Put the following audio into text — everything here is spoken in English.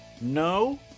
No